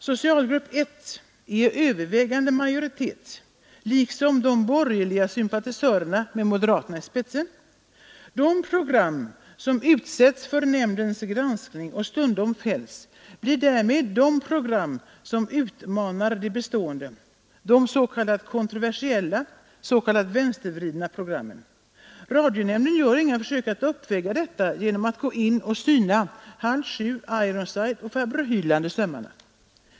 ”Socialgrupp 1” är i överväldigande majoritet, liksom de borgerliga sympatisörerna med moderaterna i = som utsätts för nämndens granskning och stundom fälls vite, Program program som utmanar det bestående, de ”kontroversiella”, ”vänstersilll Er programmen. Radionämnden gör inga försök att uppväga detta Senom'att gå in och syna Halvsju, Ironside eller farbror Hyland i sömmarna.